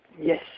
Yes